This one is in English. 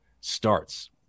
starts